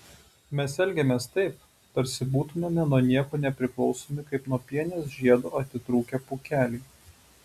mes elgiamės taip tarsi būtumėme nuo nieko nepriklausomi kaip nuo pienės žiedo atitrūkę pūkeliai